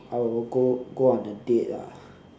I'll go go on a date ah